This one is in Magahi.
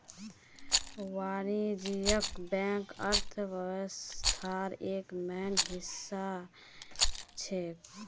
वाणिज्यिक बैंक अर्थव्यवस्थार एक मेन हिस्सा छेक